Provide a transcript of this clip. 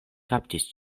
kaptis